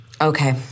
Okay